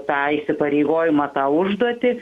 tą įsipareigojimą tą užduotį